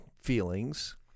feelings